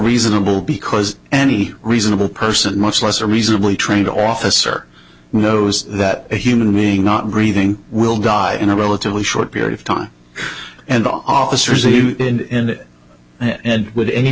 reasonable because any reasonable person much less a reasonably trained officer knows that a human being not breathing will die in a relatively short period of time and officers are in it and with any